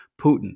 Putin